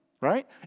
right